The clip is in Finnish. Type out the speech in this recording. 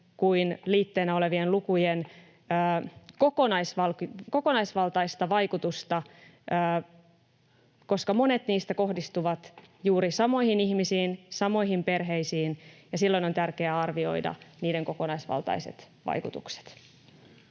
kuin liitteenä olevien lukujen, kokonaisvaltaista vaikutusta, koska monet niistä kohdistuvat juuri samoihin ihmisiin, samoihin perheisiin, ja silloin on tärkeää arvioida niiden kokonaisvaltaiset vaikutukset.